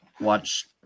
watch